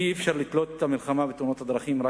אי-אפשר לתלות את המלחמה בתאונות הדרכים רק